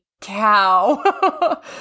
cow